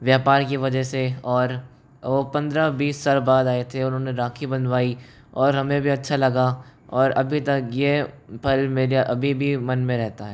व्यापार की वजह से और पन्द्रह बीस साल बाद आये थे और उन्होंने राखी बंधवाई और हमें भी अच्छा लगा और अभी तक यह पल अभी भी मेरे मन में रहता हैं